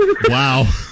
Wow